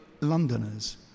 Londoners